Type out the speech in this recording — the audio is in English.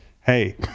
hey